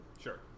sure